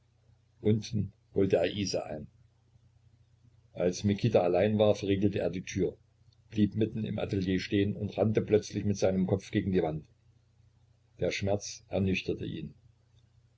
unten holte er isa ein als mikita allein war verriegelte er die tür blieb mitten im atelier stehen und rannte plötzlich mit seinem kopf gegen die wand der schmerz ernüchterte ihn